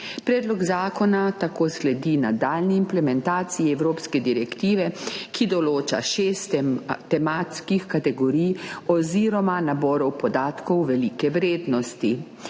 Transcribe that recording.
Predlog zakona tako sledi nadaljnji implementaciji evropske direktive, ki določa šest tematskih kategorij oziroma naborov podatkov velike vrednosti,